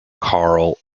carl